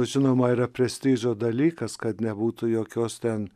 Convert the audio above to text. žinoma yra prestižo dalykas kad nebūtų jokios ten